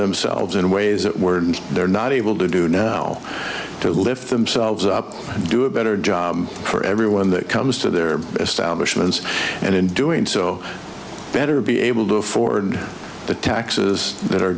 themselves in ways that were they're not able to do now to lift themselves up and do a better job for everyone that comes to their establishments and in doing so better be able to afford the taxes that are